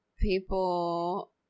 people